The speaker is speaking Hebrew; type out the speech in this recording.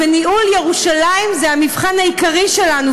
וניהול ירושלים זה המבחן העיקרי שלנו,